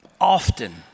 often